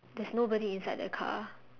there is nobody inside the car